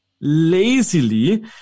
lazily